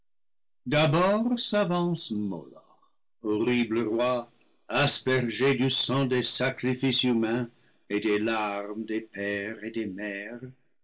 d'abord s'avance moloch horrible roi aspergé du sang des sacrifices humains et des larmes des pères et des mères